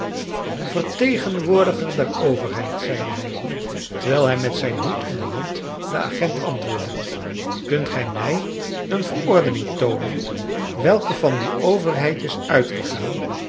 vertegenwoordiger der overheid zeide hij terwijl hij met zijn hoed in de hand den agent antwoordde kunt gij mij een verordening toonen welke van die overheid is uitgegaan